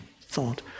thought